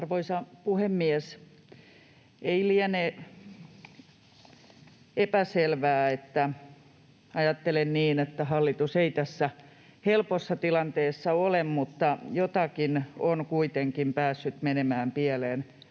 Arvoisa puhemies! Ei liene epäselvää, että ajattelen niin, että hallitus ei tässä helpossa tilanteessa ole, mutta jotakin on kuitenkin päässyt menemään pieleen,